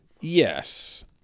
Yes